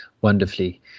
wonderfully